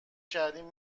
کردیم